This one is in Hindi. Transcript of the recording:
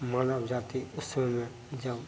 मानव जाती उस समय में जब